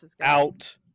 out